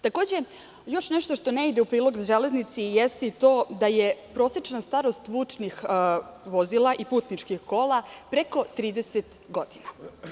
Takođe, još nešto što ne ide u prilog železnici jeste i to da je prosečna starost vučnih vozila i putničkih kola preko 30 godina.